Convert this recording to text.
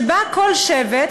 שבה כל שבט,